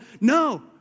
No